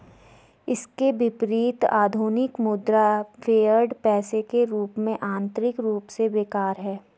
इसके विपरीत, आधुनिक मुद्रा, फिएट पैसे के रूप में, आंतरिक रूप से बेकार है